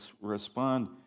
respond